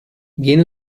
viene